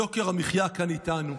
יוקר המחיה כאן איתנו.